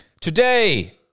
today